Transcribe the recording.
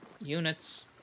units